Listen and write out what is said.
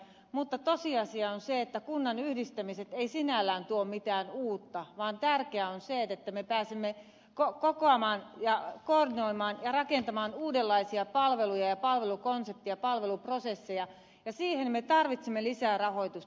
mutta tosiasia on se että kunnan yhdistämiset eivät sinällään tuo mitään uutta vaan tärkeää on se että me pääsemme kokoamaan ja koordinoimaan ja rakentamaan uudenlaisia palveluja ja palvelukonsepteja palveluprosesseja ja siihen me tarvitsemme lisää rahoitusta